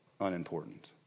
unimportant